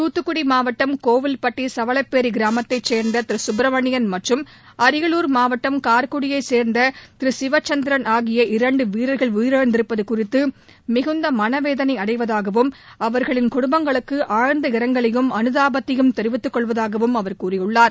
தூத்துக்குடி மாவட்டம் கோவில்பட்டி சவலப்பேரி கிராமத்தைச் சேர்ந்த திரு சுப்பிரமணியன் மற்றும் அரியலூர் மாவட்டம் கார்குடியைச் சேர்ந்த திரு சிவச்சந்திரன் ஆகிய இரண்டு வீரர்கள் உயிரிழந்திருப்பது குறித்து மிகுந்த மனவேதனை அடைவதாகவும் அவா்களின் குடும்பங்களுக்கு ஆழ்ந்த இரங்கவையும் அனுதாபத்தையும் தெரிவித்துக் கொள்வதாக அவர் கூறியுள்ளார்